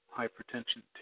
hypertension